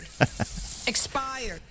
Expired